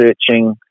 searching